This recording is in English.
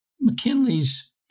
McKinley's